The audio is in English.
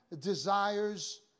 desires